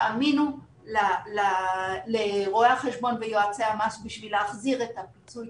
תאמינו לרואי החשבון ויועצי המס בשביל להחזיר את הפיצוי,